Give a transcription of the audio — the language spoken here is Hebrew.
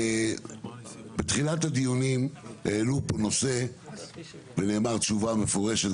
בתחילת הדיונים העלו פה נושא ונאמרה תשובה מפורשת,